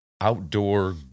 outdoor